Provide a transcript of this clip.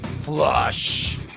Flush